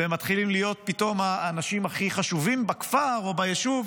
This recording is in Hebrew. ומתחילים להיות פתאום האנשים הכי חשובים בכפר או ביישוב.